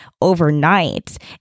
overnight